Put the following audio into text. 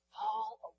fall